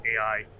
AI